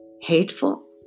hateful